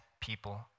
people